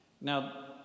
Now